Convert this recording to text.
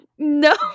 No